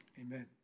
Amen